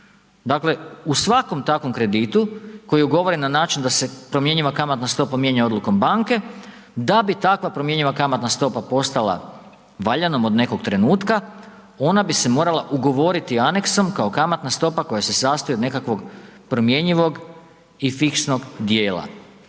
Dakle, u svakom takvom kreditu koji je ugovoren na način da se promjenjiva kamatna stopa mijenja odlukom banke, da bi takva promjenjiva kamatna stopa postala valjanom od nekog trenutka ona bi se morala ugovoriti aneksom kao kamatna stopa koja se sastoji od nekakvog promjenjivog i fiksnog dijela.